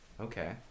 Okay